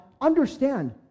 understand